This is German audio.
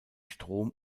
strom